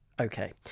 Okay